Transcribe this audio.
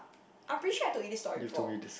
I'm pretty sure I told you this story before